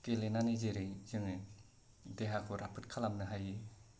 गेलेनानै जेरै जोङो देहाखौ राफोद खालामनो हायो